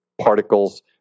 Particles